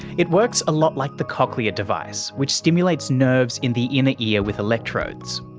it works a lot like the cochlear device which stimulates nerves in the inner ear with electrodes.